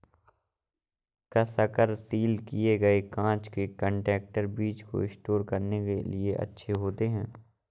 कसकर सील किए गए कांच के कंटेनर बीज को स्टोर करने के लिए अच्छे होते हैं